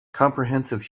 comprehensive